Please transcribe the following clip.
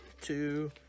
two